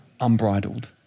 unbridled